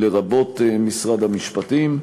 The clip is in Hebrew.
לרבות משרד המשפטים.